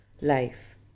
life